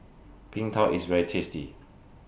Png Tao IS very tasty